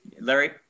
larry